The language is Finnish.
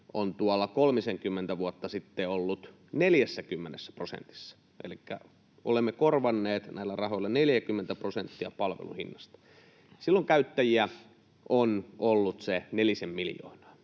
vuotta sitten ollut 40 prosentissa, elikkä olemme korvanneet näillä rahoilla 40 prosenttia palvelun hinnasta. Silloin käyttäjiä on ollut se nelisen miljoonaa,